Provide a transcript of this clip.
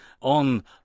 on